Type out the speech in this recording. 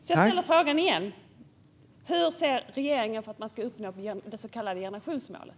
Så jag ställer frågan igen: Hur ser regeringen att man ska uppnå det så kallade generationsmålet?